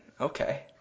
Okay